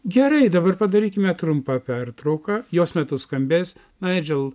gerai dabar padarykime trumpą pertrauką jos metu skambės naidžel